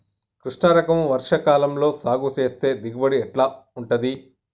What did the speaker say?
కృష్ణ రకం వర్ష కాలం లో సాగు చేస్తే దిగుబడి ఎట్లా ఉంటది?